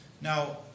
Now